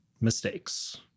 mistakes